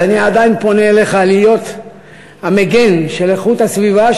אז אני עדיין פונה אליך להיות המגן של איכות הסביבה,